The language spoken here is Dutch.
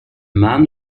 maan